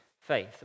faith